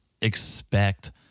expect